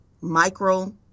micro